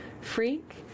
freak